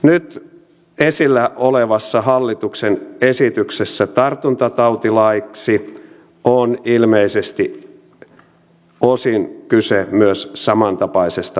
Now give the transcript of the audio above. nyt esillä olevassa hallituksen esityksessä tartuntatautilaiksi on ilmeisesti osin kyse myös samantapaisesta problematiikasta